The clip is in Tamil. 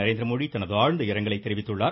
நரேந்திரமோடி தனது ஆழ்ந்த இரங்கலை தெரிவித்துள்ளார்